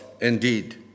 indeed